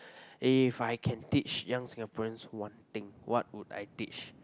if I can teach young Singaporeans one thing what would I teach